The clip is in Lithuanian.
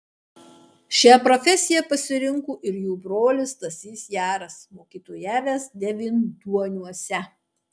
šią profesiją pasirinko ir jų brolis stasys jaras mokytojavęs devynduoniuose